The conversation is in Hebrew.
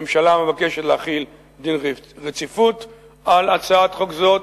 הממשלה מבקשת להחיל דין רציפות על הצעת חוק זאת,